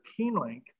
KeenLink